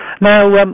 Now